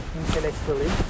intellectually